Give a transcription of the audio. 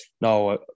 no